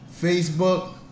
Facebook